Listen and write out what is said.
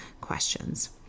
questions